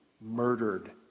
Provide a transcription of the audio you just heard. murdered